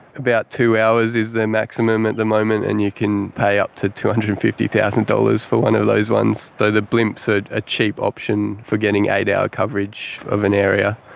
about two hours is their maximum at the moment, and you can pay up to two hundred and fifty thousand dollars for one of those ones. so the blimps are a cheap option for getting eight-hour coverage of an area.